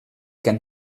can